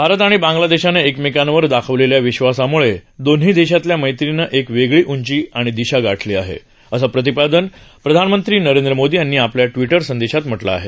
भारत आणि बांगला देशानं एकमेकांवर दाखवलेल्या विश्वासाम्ळे दोन्ही देशातल्या मैत्रीनं एक वेगळी उंची आणि दिशा गाठली आहे असं प्रतिपादन प्रधानमंत्री नरेंद्र मोदी यांनी आपल्या ट्विटर संदेशात म्हटलं आहे